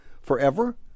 forever